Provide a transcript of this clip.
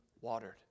watered